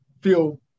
feel